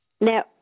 Now